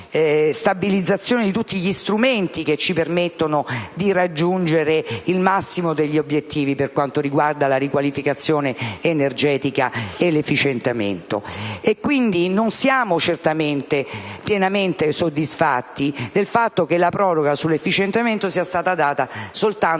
di detrazione, ma strumenti che ci consentiranno di raggiungere il massimo degli obiettivi per quanto riguarda la riqualificazione energetica e l'efficientamento. Quindi, non siamo pienamente soddisfatti del fatto che la proroga sull'efficientamento sia stata prevista soltanto